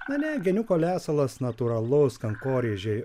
ne ne geniuko lesalas natūralus kankorėžiai